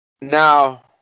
Now